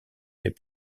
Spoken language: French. les